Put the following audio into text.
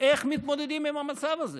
איך מתמודדים עם המצב הזה